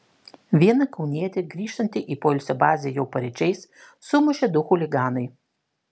vieną kaunietį grįžtantį į poilsio bazę jau paryčiais sumušė du chuliganai